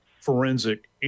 forensic